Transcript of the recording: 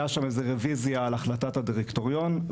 היה שם רוויזיה על החלטת הדירקטוריון.